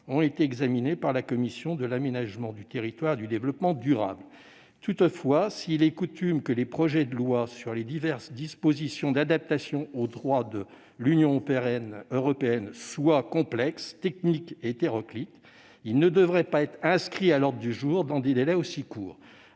ont été examinés par la commission de l'aménagement du territoire et du développement durable. Toutefois, s'il est de coutume que les projets de loi sur les diverses dispositions d'adaptation au droit de l'Union européenne soient complexes, techniques et hétéroclites, ils ne devraient pas être inscrits à l'ordre du jour dans des délais aussi courts,